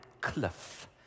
cliff